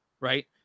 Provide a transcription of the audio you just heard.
right